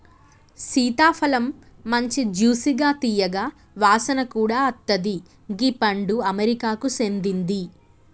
సీతాఫలమ్ మంచి జ్యూసిగా తీయగా వాసన కూడా అత్తది గీ పండు అమెరికాకు సేందింది